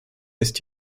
ist